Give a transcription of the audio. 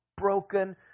broken